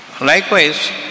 Likewise